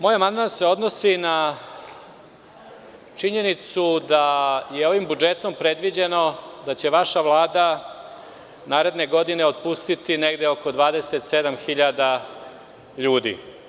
Moj amandman se odnosi na činjenicu da je ovim budžetom predviđeno da će vaša Vlada naredne godine otpustiti negde oko 27.000 ljudi.